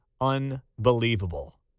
unbelievable